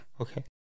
Okay